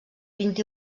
vint